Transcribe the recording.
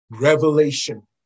revelation